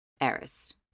Eris